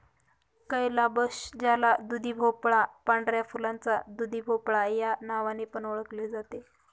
calabash ज्याला दुधीभोपळा, पांढऱ्या फुलाचा दुधीभोपळा या नावाने पण ओळखले जाते